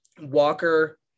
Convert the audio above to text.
Walker